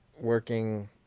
Working